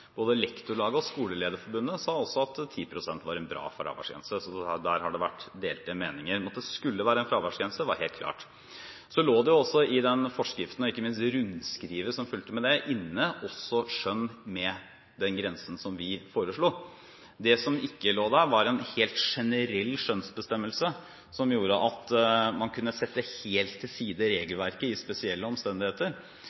Både Norsk Lektorlag og Skolelederforbundet sa også at 10 pst. var en bra fraværsgrense, så der har det vært delte meninger. Men at det skulle være en fraværsgrense, var helt klart. I den forskriften, og ikke minst i rundskrivet som fulgte med den, lå det også inne skjønn med den grensen som vi foreslo. Det som ikke lå der, var en helt generell skjønnsbestemmelse som gjorde at man helt kunne sette til side